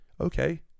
okay